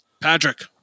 Patrick